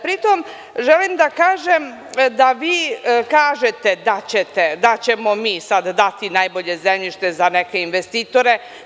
Pri tom želim da kažem da vi kažete da ćemo mi sada dati najbolje zemljište za neke investitore.